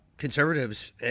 conservatives